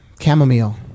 chamomile